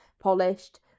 polished